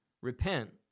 Repent